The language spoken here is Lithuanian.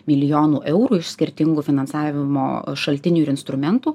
milijonų eurų iš skirtingų finansavimo šaltinių ir instrumentų